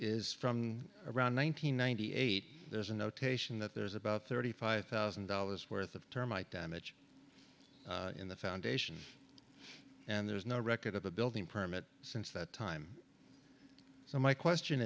is from around one nine hundred ninety eight there's a notation that there's about thirty five thousand dollars worth of termite damage in the foundation and there's no record of a building permit since that time so my question